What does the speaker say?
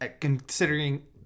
Considering